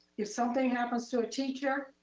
if something happens to a teacher,